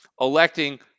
electing